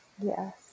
Yes